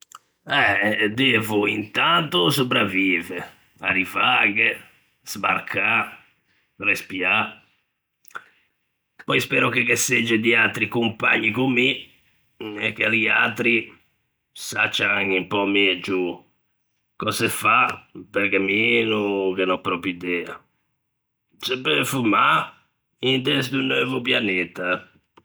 Eh, devo intanto sopravive, arrivâghe, sbarcâ, respiâ; pöi spero che ghe segge di atri compagni con mi, e che liatri saccian un pö megio cöse fâ, perché mi no ghe n'ò pròprio idea. Se peu fumâ inte sto neuvo pianeta?